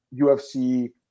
UFC